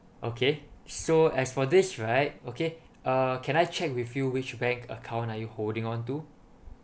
okay so as for this right okay uh can I check with you which bank account are you holding on to